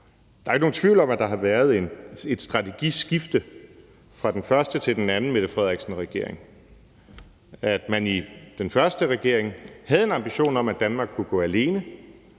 Der er jo ikke nogen tvivl om, at der har været et strategiskift fra den første til den anden Mette Frederiksen-regering. I den første regering havde man en ambition om, at Danmark kunne gå alene,